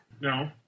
no